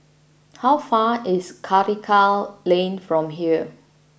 how far is Karikal Lane from here